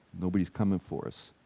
nobody's coming for us.